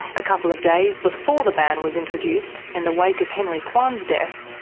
a couple of days before the ban was introduced, in the wake of henry kwan's death,